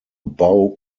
bow